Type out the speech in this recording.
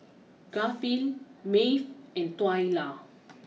Garfield Maeve and Twyla